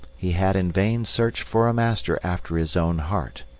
he had in vain searched for a master after his own heart.